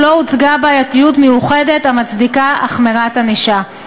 לא הוצגה בעייתיות מיוחדת המצדיקה החמרת ענישה.